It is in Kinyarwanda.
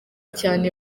cyane